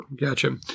gotcha